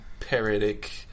parodic